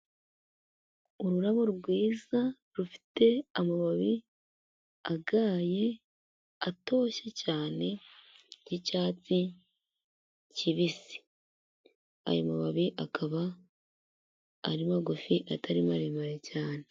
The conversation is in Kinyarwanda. Ururabo rwiza rufite amababi agaye, atoshye cyane y'icyatsi kibisi ayo mababi akaba ari magufi atari maremare cyane.